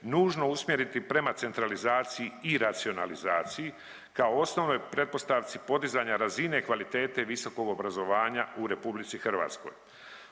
nužno usmjeriti prema centralizaciji i racionalizaciji kao osnovnoj pretpostavci podizanja razine kvalitete visokog obrazovanja u RH.